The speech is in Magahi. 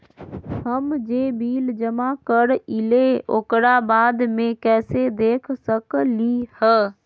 हम जे बिल जमा करईले ओकरा बाद में कैसे देख सकलि ह?